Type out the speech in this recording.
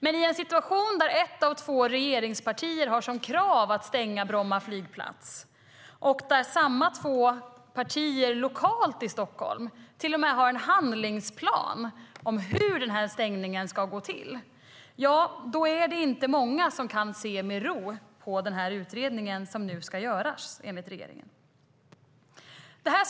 Men i en situation där ett av två regeringspartier har som krav att stänga Bromma flygplats och där samma två partier lokalt i Stockholm till och med har en handlingsplan för hur stängningen ska gå till är det inte många som kan se med ro på den utredning som enligt regeringen ska göras.